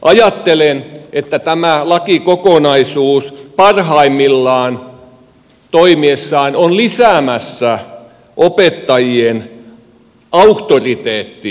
ajattelen että tämä lakikokonaisuus parhaimmillaan toimiessaan on lisäämässä opettajien auktoriteettia